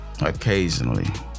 occasionally